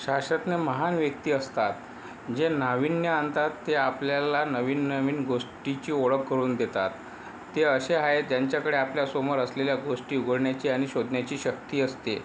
शास्त्रज्ञ महान व्यक्ती असतात जे नाविन्य आणतात ते आपल्याला नवीन नवीन गोष्टीची ओळख करून देतात ते असे आहे ज्यांच्याकडे आपल्यासमोर असलेल्या गोष्टी उघडण्याची आणि शोधण्याची शक्ती असते